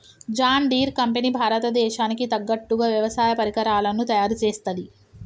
John Deere company భారత దేశానికి తగ్గట్టుగా వ్యవసాయ పరికరాలను తయారుచేస్తది